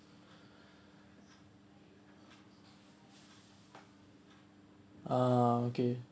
uh okay